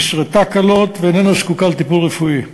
נסרטה קלות ואיננה זקוקה לטיפול רפואי.